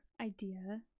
idea